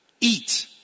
Eat